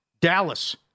Dallas